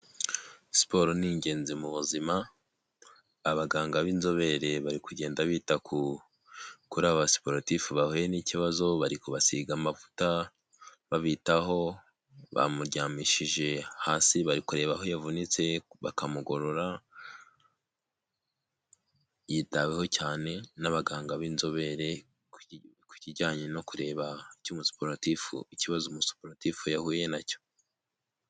Siporo ni ingenzi mu buzima abaganga b'inzobere bari kugenda bita ku kuri aba basiporotifu bahuye n'ikibazo bari kubasiga amavuta babitaho bamuryamishije hasi bari kureba aho yavunitse bakamugorora yitaweho cyane n'abaganga b'inzobere ku kijyanye no kureba cy'umusiporatifu ikibazo umusuperatifu yahuye nacyo.